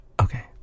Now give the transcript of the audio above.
okay